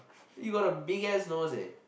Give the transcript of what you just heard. you got a bigass nose eh